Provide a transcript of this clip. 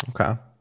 Okay